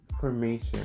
formation